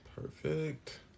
perfect